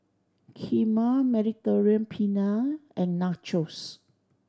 Kheema Mediterranean Penne and Nachos